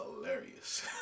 hilarious